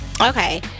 Okay